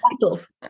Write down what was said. titles